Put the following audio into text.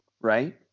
right